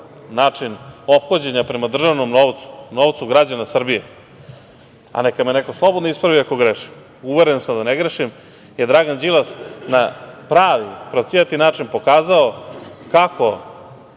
način ophođenja prema državnom novcu, novcu građana Srbije, a neka me neko slobodno ispravi ako grešim, uveren sam da ne grešim, je Dragan Đilas na pravi pravcijati način pokazao kako